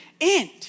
end